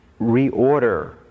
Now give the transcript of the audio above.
reorder